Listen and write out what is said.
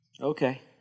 Okay